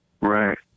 Right